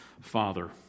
father